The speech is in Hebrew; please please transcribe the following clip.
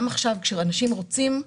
גם עכשיו כשאנשים רוצים,